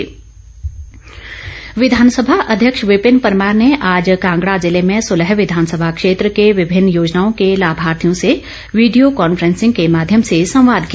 video conference विधानसभा अध्यक्ष विपिन परमार ने आज कांगड़ा जिले में सुलह विधानसभा क्षेत्र के विभिन्न योजनाओं को लाभार्थियों से वीडियो कांफ्रेंसिंग के माध्यम से संवाद किया